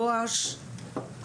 גואש,